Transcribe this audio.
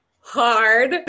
hard